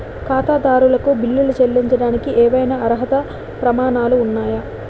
ఖాతాదారులకు బిల్లులు చెల్లించడానికి ఏవైనా అర్హత ప్రమాణాలు ఉన్నాయా?